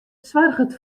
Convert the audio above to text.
soarget